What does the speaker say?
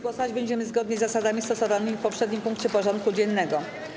Głosować będziemy zgodnie z zasadami stosowanymi w poprzednim punkcie porządku dziennego.